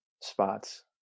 spots